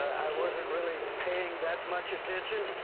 i wasn't really paying that much attention,